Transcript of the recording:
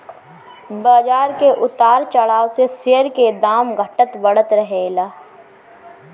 बाजार के उतार चढ़ाव से शेयर के दाम घटत बढ़त रहेला